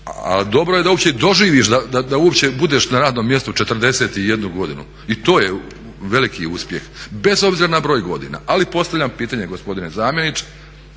a dobro je da uopće doživiš, da uopće budeš na radnom mjestu 41 godinu i to je veliki uspjeh bez obzira na broj godina. Ali postavljam pitanje gospodine zamjeniče